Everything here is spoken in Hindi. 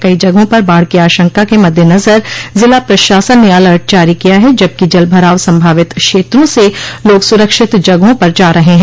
कई जगहों पर बाढ़ की आशंका के मद्देनजर जिला प्रशासन ने अलर्ट जारी किया है जबकि जल भराव संभावित क्षेत्रों से लोग सुरक्षित जगहों पर जा रहे हैं